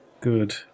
good